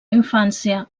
infància